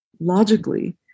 logically